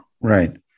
Right